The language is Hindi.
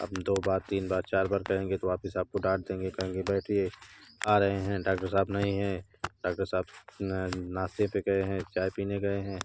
आप ने दो बार तीन बार चार बार कहेंगे तो वापस आपको डांट देंगे कहेंगे बैठिए आ रहे हैं डाक्टर साहब नहीं हैं डाक्टर साहब नाशटे पर गए हैं चाय पीने गए हैं